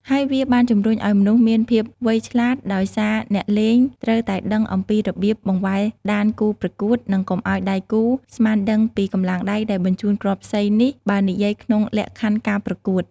ហើយវាបានជំរុញឱ្យមនុស្សមានភាពវៃឆ្លាត ដោយសារអ្នកលេង ត្រូវតែដឹងអំពីរបៀបបង្វែរដានគូប្រកួត និងកុំឱ្យដៃគូស្មានដឹងពីកម្លាំងដែលបញ្ជូនគ្រាប់សី នេះបើនិយាយក្នុងលក្ខខណ្ឌការប្រកួត។